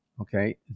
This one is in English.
okay